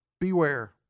beware